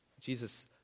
Jesus